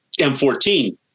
M14